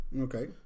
Okay